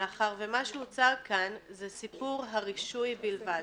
מאחר שמה שהוצג כאן זה סיפור הרישוי בלבד.